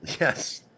Yes